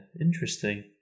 interesting